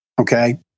Okay